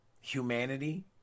humanity